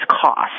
cost